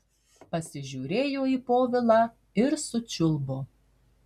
pasižiūrėjo į povilą ir sučiulbo